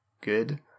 good